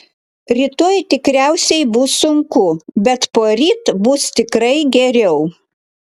rytoj tikriausiai bus sunku bet poryt bus tikrai geriau